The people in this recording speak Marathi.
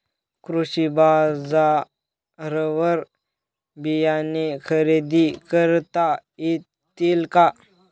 कृषी बाजारवर बियाणे खरेदी करता येतील का?